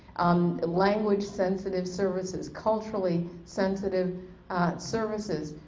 um language sensitive services, culturally sensitive services,